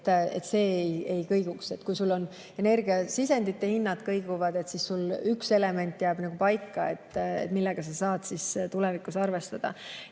et see ei kõiguks. Kui sul energiasisendite hinnad kõiguvad, siis sul üks element jääb paika, millega sa saad tulevikus arvestada.